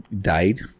died